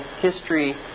history